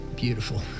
Beautiful